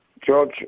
George